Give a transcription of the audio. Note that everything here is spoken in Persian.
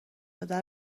داده